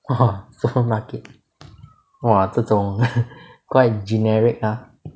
!wah! supermarket !wah! 这种 quite generic sia